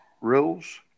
rules